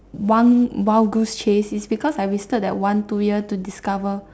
one wild goose chase is because I wasted that one two year to discover